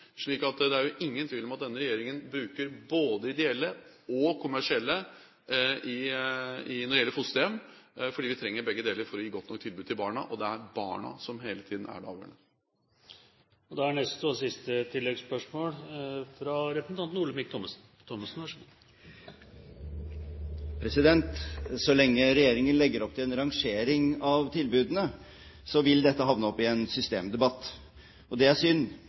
slik at det er jo ingen tvil om at denne regjeringen bruker både ideelle og kommersielle når det gjelder fosterhjem, fordi vi trenger begge deler for å gi et godt nok tilbud til barna, og det er barna som hele tiden er det avgjørende. Olemic Thommessen – til oppfølgingsspørsmål. Så lenge regjeringen legger opp til en rangering av tilbudene, vil dette ende opp i en systemdebatt. Det er synd,